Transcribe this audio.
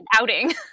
outing